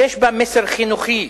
שיש בה מסר חינוכי,